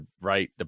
right